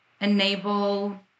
enable